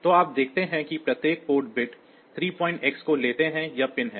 तो आप देखते हैं कि प्रत्येक पोर्ट बिट 3X को लेते हैं यह पिन है